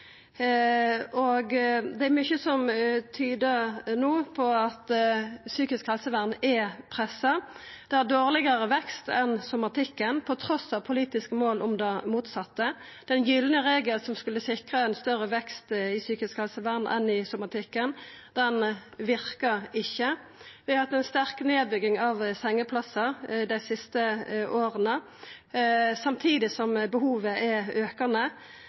Det er mykje som no tyder på at psykisk helsevern er pressa. Det har dårlegare vekst enn somatikken – trass i politiske mål om det motsette. Den gylne regel, som skulle sikra større vekst i psykisk helsevern enn i somatikken, verkar ikkje. Vi har hatt ei sterk nedbygging av sengeplassar dei siste åra samtidig som behovet er aukande.